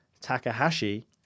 Takahashi